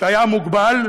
הוא